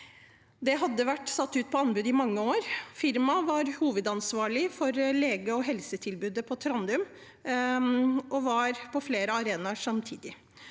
Det hadde vært satt ut på anbud i mange år. Firmaet var hovedansvarlig for lege- og helsetilbudet på Trandum og var på flere arenaer samtidig.